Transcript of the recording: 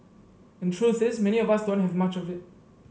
and truth is many of us don't have much of it